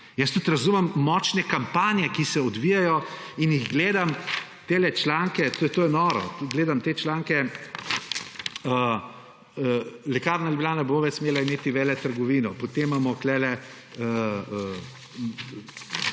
Jaz tudi razumem močne kampanje, ki se odvijajo. In jih gledam, tele članke. To je noro. Gledam te članke: »Lekarna Ljubljana ne bo več smela imeti veletrgovine«. Potem imamo tukajle